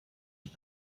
ils